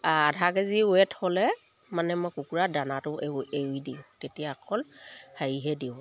আধা KG weight হ'লে মানে মই কুকুৰা দানাটো এৰি দিওঁ তেতিয়া অকল হেৰিহে দিওঁ